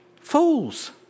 Fools